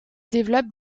développe